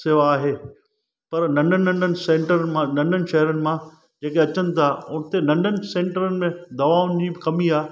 शेवा आहे पर नंढनि नंढनि सेंटर मां नंढनि शहरनि मां जेके अचनि था हुते नंढनि सेंटरनि में दवाउनि जी कमी आहे